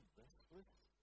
restless